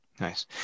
Nice